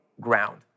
ground